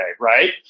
Right